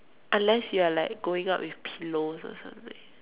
unless you're like going up with pillows or something